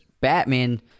Batman